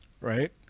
Right